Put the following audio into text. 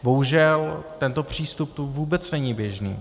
Bohužel, tento přístup tu vůbec není běžný.